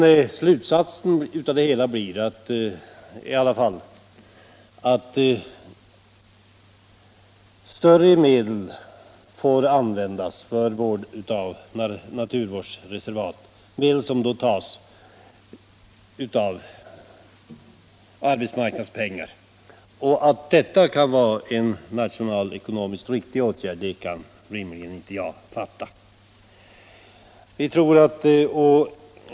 Slutsatsen av det hela blir i alla fall att mer pengar får användas för vård av naturreservat, medel som då tas från arbetsmarknadspengar. Att detta kan vara en nationalekonomiskt riktig åtgärd kan jag inte fatta.